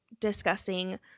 discussing